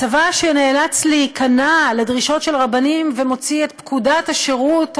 צבא שנאלץ להיכנע לדרישות של רבנים ומוציא את פקודת השירות הראוי,